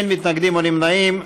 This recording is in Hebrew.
אין מתנגדים או נמנעים.